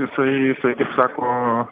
jisai jisai sako